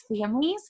families